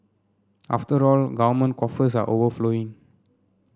after all government coffers are overflowing